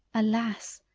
alas,